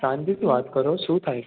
શાંતિથી વાત કરો શું થાય છે